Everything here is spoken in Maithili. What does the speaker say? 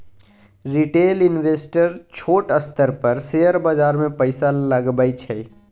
रिटेल इंवेस्टर छोट स्तर पर शेयर बाजार मे पैसा लगबै छै